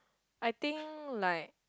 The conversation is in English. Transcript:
I think like